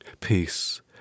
Peace